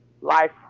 life